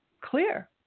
clear